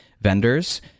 vendors